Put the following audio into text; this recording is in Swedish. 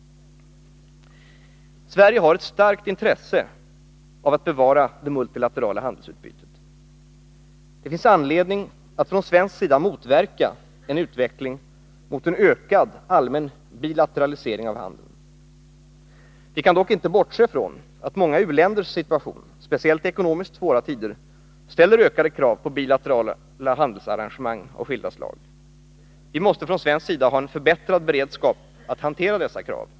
Sverige har ett starkt intresse av att bevara det multilaterala handelsutbytet. Det finns anledning att från svensk sida motverka en utveckling mot en ökad allmän bilateralisering av handeln. Vi kan dock inte bortse från att många u-länders situation, speciellt i ekonomiskt svåra tider, ställer ökade krav på bilaterala handelsarrangemang av skilda slag. Vi måste från svensk sida ha en förbättrad beredskap att hantera dessa krav.